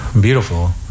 beautiful